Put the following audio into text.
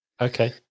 Okay